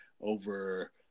over